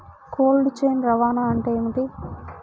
Cold chain రవాణా అంటే ఏమిటీ?